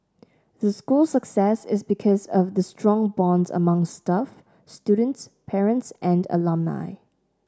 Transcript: the school's success is because of the strong bonds among staff students parents and alumni